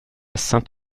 saint